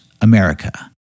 America